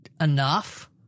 enough